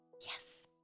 Yes